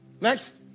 Next